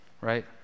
right